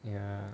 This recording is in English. ya